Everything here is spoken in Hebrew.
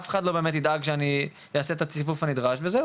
אף אחד לא באמת ידאג שאני אעשה את הציפוף הנדרש וזהו.